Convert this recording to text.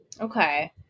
Okay